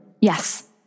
Yes